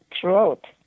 throughout